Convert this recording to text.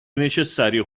necessario